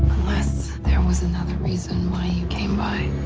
unless there was another reason why you came by.